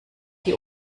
die